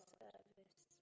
service